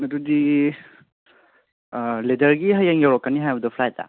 ꯑꯗꯨꯗꯤ ꯂꯦꯗꯔꯒꯤ ꯍꯌꯦꯡ ꯌꯧꯔꯛꯀꯅꯤ ꯍꯥꯏꯕꯗꯣ ꯐ꯭ꯂꯥꯏꯠꯇ